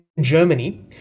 Germany